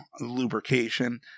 lubrication